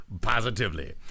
Positively